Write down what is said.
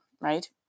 Right